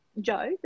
joe